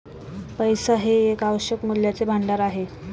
पैसा हे एक आवश्यक मूल्याचे भांडार आहे